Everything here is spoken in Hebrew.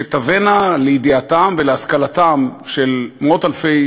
שתבאנה לידיעתם ולהשכלתם של מאות-אלפי